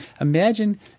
imagine